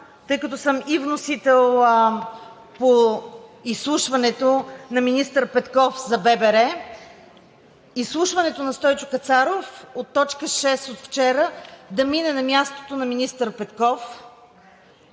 тъй като съм и вносител по изслушването на министър Петков за ББР, изслушването на Стойчо Кацаров от т. 6 от вчера да мине на мястото на министър Петков,